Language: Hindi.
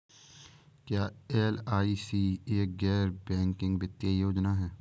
क्या एल.आई.सी एक गैर बैंकिंग वित्तीय योजना है?